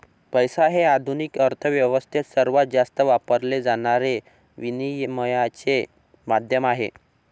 पैसा हे आधुनिक अर्थ व्यवस्थेत सर्वात जास्त वापरले जाणारे विनिमयाचे माध्यम आहे